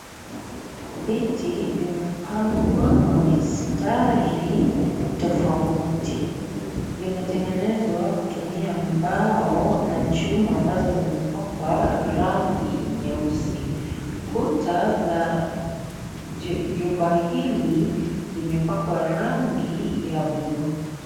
Viti, vimepangwa kwa mistari tofauti. Vimetengenezwa kutumia mbao na chuma ambazo zimepakwa rangi nyeusi. Kuta za jumba hili, limepakwa rangi ya buluu.